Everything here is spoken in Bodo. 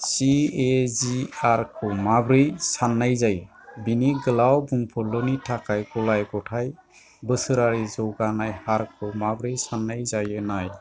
सी ए जी आर खौ माब्रौ सान्नाय जायो बेनि गोलाव बुंफुरलुनि थाखाय गलाय गथाय बोसोरारि जौगानाय हारखौ माबोरै सान्नाय जायो नाय